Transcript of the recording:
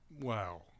wow